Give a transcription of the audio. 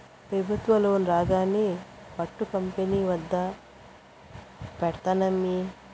పెబుత్వ లోను రాంగానే పట్టు కంపెనీ పెద్ద పెడ్తానమ్మీ